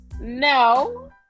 No